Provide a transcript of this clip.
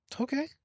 Okay